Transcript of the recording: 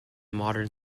modern